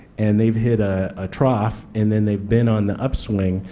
and they have hit a ah trough and then they have been on the upswing.